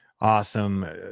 awesome